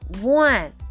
one